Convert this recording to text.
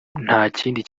ntakindi